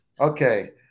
Okay